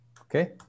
Okay